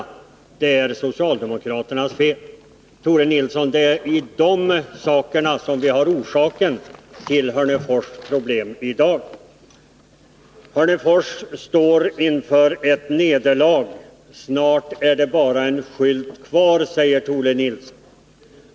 Tore Nilsson! Det är i dessa förhållanden som vi har orsakerna till problemen i dag. Hörnefors står inför ett nederlag — snart finns bara en skylt kvar, säger Tore Nilsson.